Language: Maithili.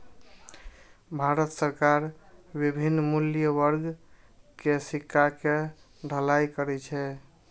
भारत सरकार विभिन्न मूल्य वर्ग के सिक्का के ढलाइ करै छै